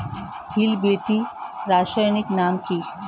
Hill BT রাসায়নিক নাম কি?